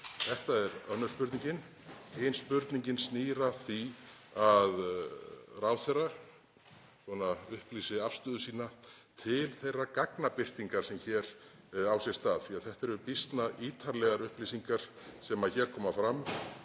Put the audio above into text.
Þetta er önnur spurningin. Hin spurningin snýr að því að ráðherra upplýsi afstöðu sína til þeirrar gagnabirtingar sem hér á sér stað, því að þetta eru býsna ítarlegar upplýsingar sem hér koma fram.